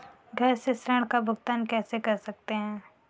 घर से ऋण का भुगतान कैसे कर सकते हैं?